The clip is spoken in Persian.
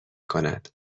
کند